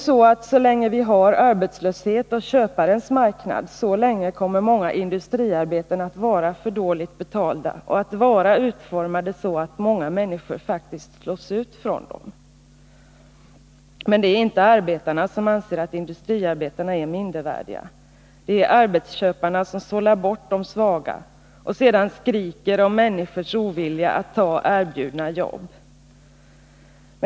Så länge vi har arbetslöshet och köparens marknad kommer emellertid många industriarbeten att vara för dåligt betalda och att vara utformade så att många människor faktiskt slås ut från dem. Men det är inte arbetarna som anser att industriarbetena är mindervärdiga, det är arbetsköparna som sållar bort de svaga och sedan skriker om människors ovilja att ta erbjudna jobb.